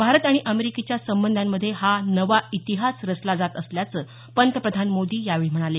भारत आणि अमेरिकेच्या संबंधांमध्ये हा नवा इतिहास रचला जात असल्याचं पंतप्रधान मोदी यावेळी म्हणाले